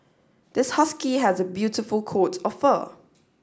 this husky has a beautiful coat of fur